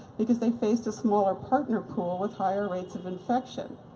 because they faced a smaller partner pool with higher rates of infection.